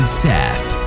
seth